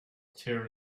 tear